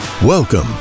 Welcome